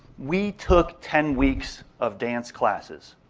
we took ten weeks of dance classes.